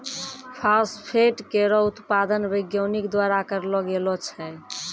phosphate केरो उत्पादन वैज्ञानिक द्वारा करलो गेलो छै